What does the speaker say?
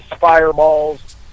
fireballs